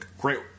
great